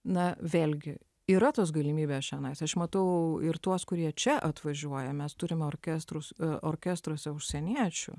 na vėlgi yra tos galimybės čionais aš matau ir tuos kurie čia atvažiuoja mes turime orkestrus orkestruose užsieniečių